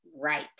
Right